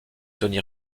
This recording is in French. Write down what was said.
tony